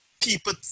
people